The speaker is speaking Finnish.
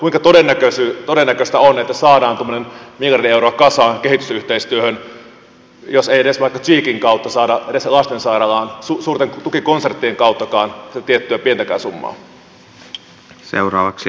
kuinka todennäköistä on että saadaan tuommoinen miljardi euroa kasaan kehitysyhteistyöhön jos ei edes vaikka cheekin kautta saada lastensairaalaan suurten tukikonserttien kauttakaan tiettyä pientäkään summaa